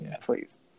Please